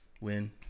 win